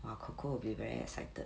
!wah! coco will be very excited